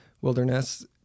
wilderness